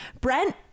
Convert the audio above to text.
Brent